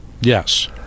Yes